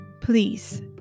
please